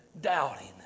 doubting